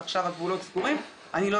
אני אתן כמה דוגמאות.